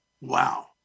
wow